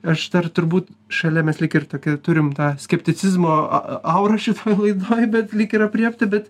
aš dar turbūt šalia mes lyg ir tokia turime tą skepticizmo aurą šitoj laidoj bet lyg ir aprėpti bet